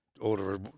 order